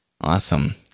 Awesome